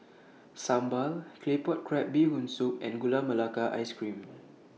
Sambal Claypot Crab Bee Hoon Soup and Gula Melaka Ice Cream